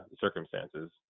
circumstances